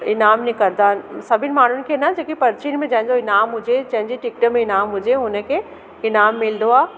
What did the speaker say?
ईनामु निकिरींदा आहिनि सभिनि माण्हुनि खे ना जेकी पर्चीनि में जंहिंजो ईनामु हुजे जंहिंजी टिकट में ईनाम हुजे हुनखे ईनामु मिलंदो आहे